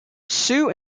sue